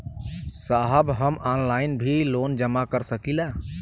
साहब हम ऑनलाइन भी लोन जमा कर सकीला?